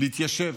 להתיישב.